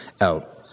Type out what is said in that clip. out